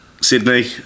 Sydney